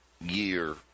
year